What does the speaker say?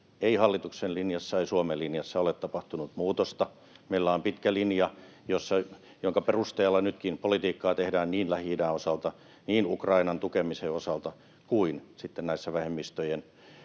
ei hallituksen linjassa eikä Suomen linjassa ole tapahtunut muutosta. Meillä on pitkä linja, jonka perusteella nytkin politiikkaa tehdään niin Lähi-idän osalta, niin Ukrainan tukemisen osalta kuin sitten näissä vähemmistöjen,